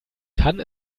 kann